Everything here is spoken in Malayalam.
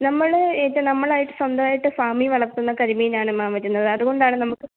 നമ്മൾ ഇത് നമ്മളായിട്ട് സ്വന്തമായിട്ട് ഫാമിൽ വളർത്തുന്ന കരിമീനാണ് മാം വരുന്നത് അതുകൊണ്ടാണ് നമുക്ക്